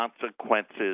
consequences